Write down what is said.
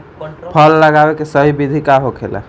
फल लगावे के सही विधि का होखेला?